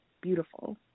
beautiful